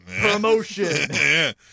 Promotion